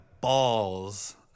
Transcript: balls